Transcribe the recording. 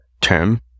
term